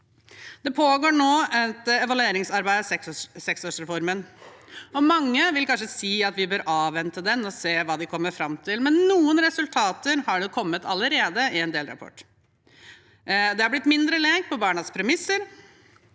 Det pågår nå et evalueringsarbeid med seksårsreformen, og mange vil kanskje si at vi bør avvente den og se hva de kommer fram til, men noen resultater har kommet allerede, i en delrapport: Det er blitt mindre lek på barnas premisser,